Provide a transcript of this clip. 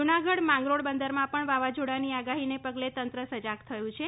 જુનાગઢ માંગરોળ બંદરમાં પણ વાવાઝોડાની આગાહીને પગલે તંત્ર સજાગ થયું છે